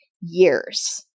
years